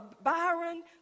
Byron